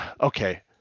okay